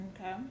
Okay